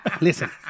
Listen